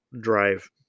drive